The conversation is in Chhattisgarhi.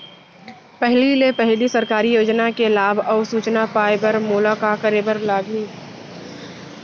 पहिले ले पहिली सरकारी योजना के लाभ अऊ सूचना पाए बर मोला का करे बर लागही?